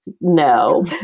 No